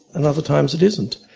and other times it isn't.